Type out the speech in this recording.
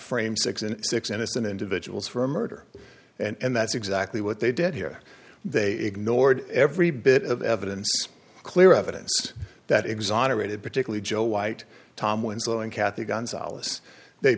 frame six and six innocent individuals for murder and that's exactly what they did here they ignored every bit of evidence clear evidence that exonerated particularly joe white tom winslow and kathy gonzales they